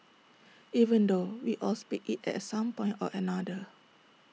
even though we all speak IT at some point or another